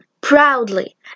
proudly